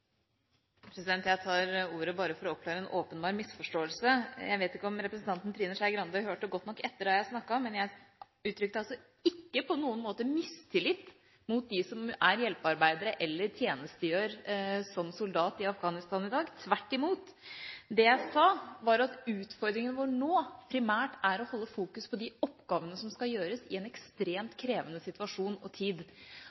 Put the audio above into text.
Jeg tar ordet bare for å oppklare en åpenbar misforståelse. Jeg vet ikke om representanten Trine Skei Grande hørte godt nok etter da jeg snakket, men jeg uttrykte ikke på noen måte mistillit til dem som er hjelpearbeidere eller tjenestegjør som soldater i Afghanistan i dag, tvert imot. Det jeg sa, var at utfordringen vår nå primært er å fokusere på de oppgavene som skal gjøres i en ekstremt